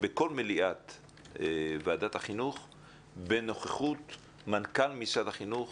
בכל מליאת וועדת החינוך בנוכחות מנכ"ל משרד החינוך